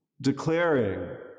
declaring